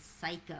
Psycho